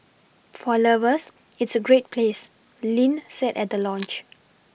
for lovers it's a great place Lin said at the launch